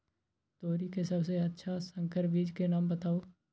तोरी के सबसे अच्छा संकर बीज के नाम बताऊ?